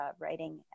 writing